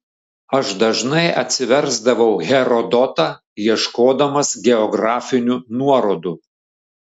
aš dažnai atsiversdavau herodotą ieškodamas geografinių nuorodų